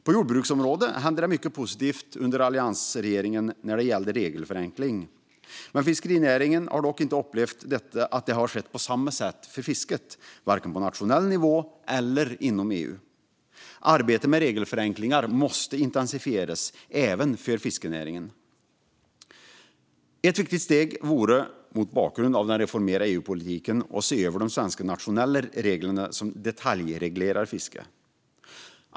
På jordbruksområdet hände det mycket positivt under alliansregeringen när det gällde regelförenkling. Men fiskerinäringen har inte upplevt att detta har skett på samma sätt för fisket, varken på nationell nivå eller inom EU. Arbetet med regelförenklingar måste intensifieras även för fiskerinäringen. Ett viktigt steg vore, mot bakgrund av den reformerade EU-politiken, att se över de svenska nationella reglerna som detaljreglerar fiske.